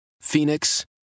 Phoenix